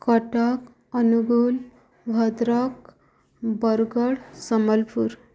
Cuttack Angul Bhadrak Bargarh Sambalpur